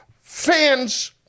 Fans